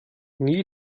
nie